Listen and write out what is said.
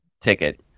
ticket